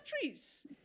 countries